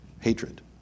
hatred